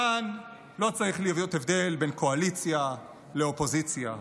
כאן לא צריך להיות הבדל בין קואליציה לאופוזיציה,